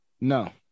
no